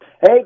Hey